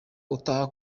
utaha